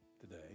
today